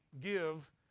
give